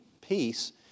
peace